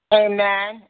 amen